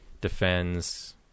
defends